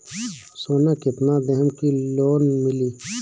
सोना कितना देहम की लोन मिली?